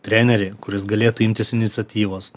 trenerį kuris galėtų imtis iniciatyvos